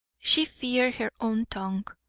she feared her own tongue,